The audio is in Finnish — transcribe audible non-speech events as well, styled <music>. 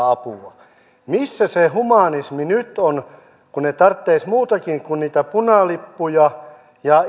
<unintelligible> apua missä se humanismi nyt on kun he tarvitsisivat muutakin kuin niitä punalippuja ja